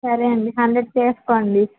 సరే అండి హండ్రెడ్ చేసుకోండి